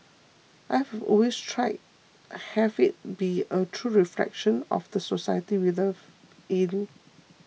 I've always tried have it be a true reflection of the society we live in